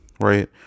right